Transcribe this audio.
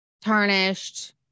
tarnished